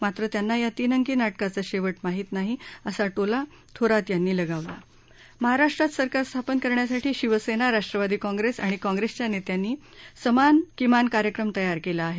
मात्र त्यांना या तीन अंकी नाटकाचा शेवट माहीत नाही असा टोला थोरात यांनी लगावला महाराष्ट्रात सरकार स्थापन करण्यासाठी शिवसेना राष्ट्रवादी काँग्रेस आणि काँग्रेसच्या नेत्यांनी समान किमान कार्यक्रम तयार केला आहे